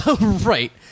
Right